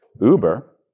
Uber